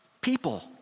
people